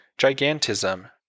gigantism